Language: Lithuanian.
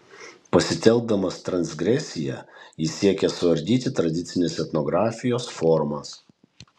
pasitelkdamas transgresiją jis siekia suardyti tradicinės etnografijos formas